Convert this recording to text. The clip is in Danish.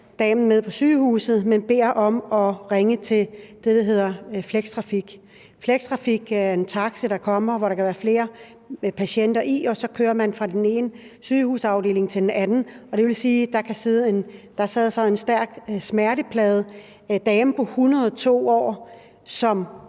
damen med på sygehuset, men beder om, at man ringer til det, der hedder Flextrafik. Flextrafik er en taxa, der kommer, og hvor der kan være flere patienter i, og så kører man fra den ene sygehusafdeling til den anden, og det vil sige, at der så i det her tilfælde sad en stærkt smerteplaget dame på 102 år, som